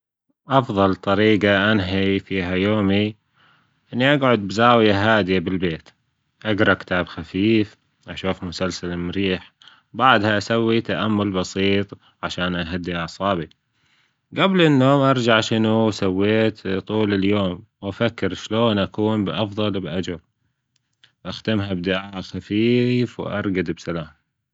أفضل طريجة أنهي فيها يومي إني أقعد بزاوية هادية بالبيت أجرأ كتاب خفيف، أشوف مسلسل مريح، بعدها أسوي تأمل بسيط عشان أهدي أعصابي، جبل النوم أرجع شنو سويت طول اليوم وأفكر شلون أكون بأفضل باجر، أختمها بدعاء خفيف وأرقد بسلام.